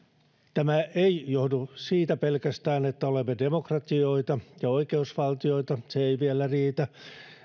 tämä ei johdu pelkästään siitä että olemme demokratioita ja oikeusvaltioita se ei vielä riitä